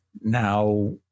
now